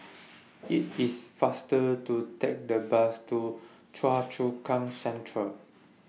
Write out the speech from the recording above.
IT IS faster to Take The Bus to Choa Chu Kang Central